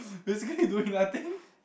basically doing nothing